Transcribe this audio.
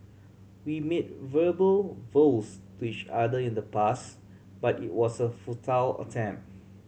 we made verbal vows to each other in the past but it was a futile attempt